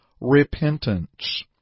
repentance